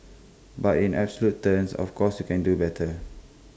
but in absolute terms of course can do better